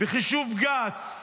בחישוב גס,